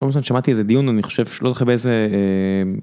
אני שמעתי איזה דיון אני חושב ש.. לא זוכר באיזה.